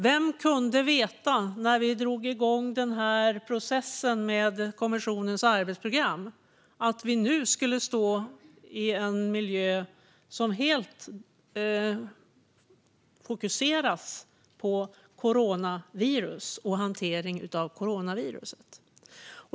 Vem kunde veta när vi drog igång processen med kommissionens arbetsprogram att vi nu skulle stå i en miljö där fokus helt ligger på coronaviruset och dess hantering?